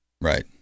right